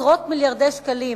עשרות מיליארדי שקלים,